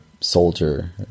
soldier